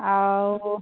ଆଉ